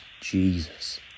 Jesus